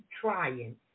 trying